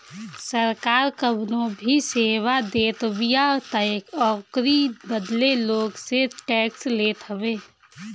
सरकार कवनो भी सेवा देतबिया तअ ओकरी बदले लोग से टेक्स लेत हवे